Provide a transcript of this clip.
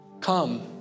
Come